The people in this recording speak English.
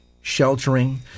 sheltering